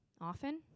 Often